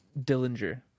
Dillinger